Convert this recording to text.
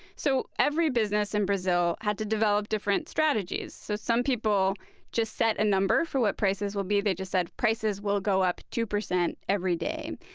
so every business in brazil had to develop different strategies. so some people just set a number for what prices will be. they just said, prices will go up two percent every day.